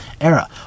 era